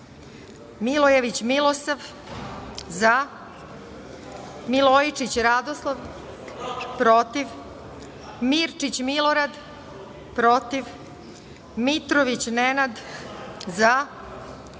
zaMilojević Milosav – zaMilojičić Radoslav – protivMirčić Milorad – protivMitrović Nenad –